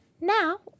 Now